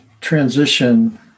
transition